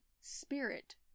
Spirit